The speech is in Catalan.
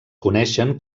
coneixen